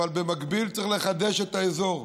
אבל במקביל צריך לחדש את האזור.